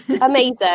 Amazing